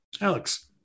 Alex